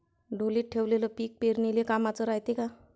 ढोलीत ठेवलेलं पीक पेरनीले कामाचं रायते का?